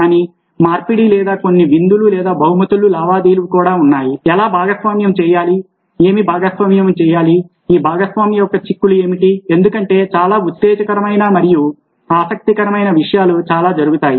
కానీ మార్పిడి లేదా కొన్ని విందులు లేదా బహుమతులు లావాదేవీలు కూడా ఉన్నాయి ఎలా భాగస్వామ్యం చేయాలి ఏమి భాగస్వామ్యం చేయాలి ఈ భాగస్వామ్యం యొక్క చిక్కులు ఏమిటి ఎందుకంటే చాలా ఉత్తేజకరమైన మరియు ఆసక్తికరమైన విషయాలు చాలా జరుగుతాయి